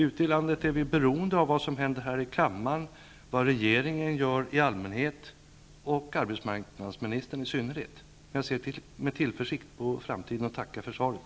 Ute i landet är vi beroende av vad som händer här i kammaren, vad regeringen gör i allmänhet och arbetsmarknadsministern i synnerhet. Jag ser med tillförsikt på framtiden och tackar för svaret.